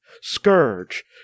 Scourge